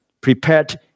prepared